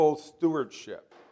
stewardship